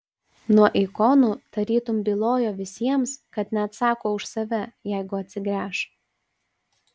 nuo ikonų tarytum bylojo visiems kad neatsako už save jeigu atsigręš